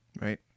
Right